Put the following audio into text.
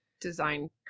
design